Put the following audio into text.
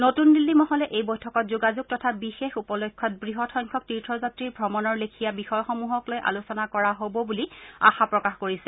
নতুন দিল্লী মহলে এই বৈঠকত যোগাযোগ তথা বিশেষ উপলক্ষ্যত বৃহৎ সংখ্যক তীৰ্থযাত্ৰীৰ ভ্ৰমণৰ লেখিয়া বিষয়সমূহক লৈ আলোচনা কৰা হব বুলি আশা প্ৰকাশ কৰিছে